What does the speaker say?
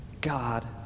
God